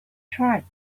tribes